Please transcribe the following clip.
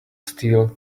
steel